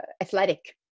athletic